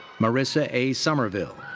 marissa a. somerville.